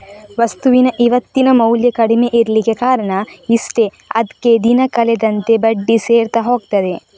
ವಸ್ತುವಿನ ಇವತ್ತಿನ ಮೌಲ್ಯ ಕಡಿಮೆ ಇರ್ಲಿಕ್ಕೆ ಕಾರಣ ಇಷ್ಟೇ ಅದ್ಕೆ ದಿನ ಕಳೆದಂತೆ ಬಡ್ಡಿ ಸೇರ್ತಾ ಹೋಗ್ತದೆ